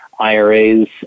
IRAs